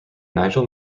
nigel